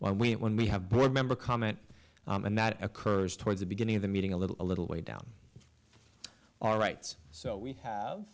wait when we have board member comment and that occurs towards the beginning of the meeting a little a little way down our rights so we have